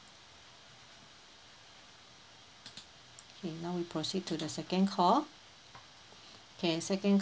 okay now we proceed to the second call okay second